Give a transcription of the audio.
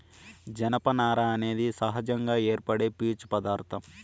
జనపనార అనేది సహజంగా ఏర్పడే పీచు పదార్ధం